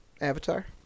Avatar